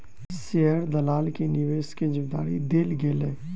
share दलाल के निवेश के जिम्मेदारी देल गेलै